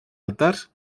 altars